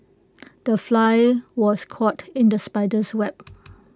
the fly was caught in the spider's web